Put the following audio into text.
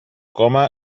coma